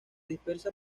dispersa